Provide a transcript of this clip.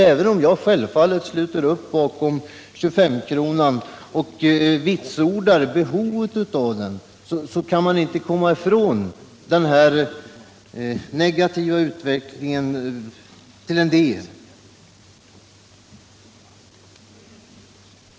Även om jag i princip sluter upp bakom systemet med 25-kronan och vitsordar behovet av det, så kan man inte komma ifrån den delvis negativa utveckling som här har skett.